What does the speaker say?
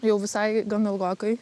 jau visai gan ilgokai